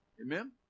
Amen